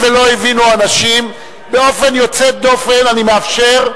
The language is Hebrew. אנשים, באופן יוצא דופן אני מאפשר,